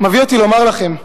מביא אותי לומר לכם: